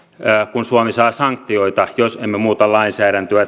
kun suomi saa sanktioita jos emme muuta lainsäädäntöä